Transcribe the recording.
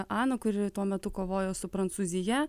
aną kuri tuo metu kovojo su prancūzija